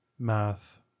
math